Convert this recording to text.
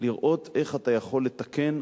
לראות איך אתה יכול לתקן,